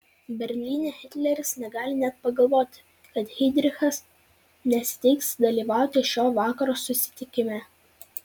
berlyne hitleris negali net pagalvoti kad heidrichas nesiteiks dalyvauti šio vakaro susitikime